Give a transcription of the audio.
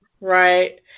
Right